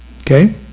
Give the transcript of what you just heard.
Okay